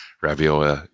Ravioli